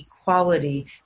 equality